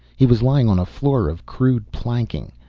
he was lying on a floor of crude planking,